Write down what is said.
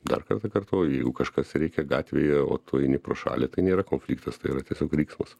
dar kartą kartoju jeigu kažkas rėkia gatvėje o tu eini pro šalį tai nėra konfliktas tai yra tiesiog riksmas